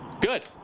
Good